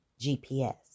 GPS